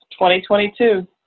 2022